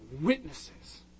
witnesses